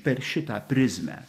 per šitą prizmę